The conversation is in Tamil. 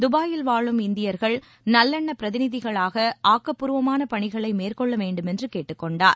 தபாயில் வாழும் இந்தியர்கள் நல்லெண்ணப்பிரதிநிதிகளாக ஆக்கப்பூர்வமான பணிகளை மேற்கொள்ள வேண்டுமென்று கேட்டுக் கொண்டார்